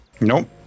Nope